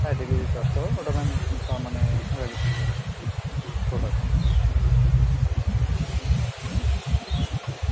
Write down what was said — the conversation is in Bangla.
হ্যাঁ ডেলিভারি চার্জটাও হয় ওটা ম্যাম তার মানে এক হাজার ছশো টাকা টোটাল